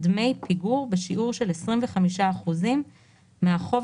דמי פיגור בשיעור של עשרים וחמישה אחוזים מהחוב